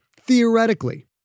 theoretically